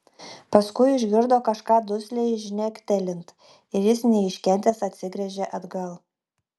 paskui išgirdo kažką dusliai žnektelint ir jis neiškentęs atsigręžė atgal